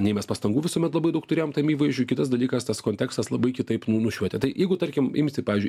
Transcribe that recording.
nei mes pastangų visuomet labai daug turėjom tam įvaizdžiui kitas dalykas tas kontekstas labai kitaip nušvietė tai jeigu tarkim imsi pavyzdžiui